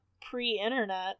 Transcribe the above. pre-internet